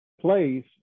place